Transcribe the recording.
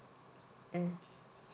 mm